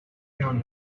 gun